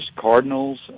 cardinals